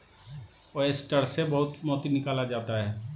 oyster से बहुत मोती निकाला जाता है